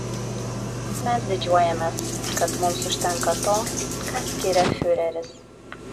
mes didžiuojamės kad mums užtenka to ką skiria fiureris